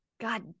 God